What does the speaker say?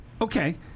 Okay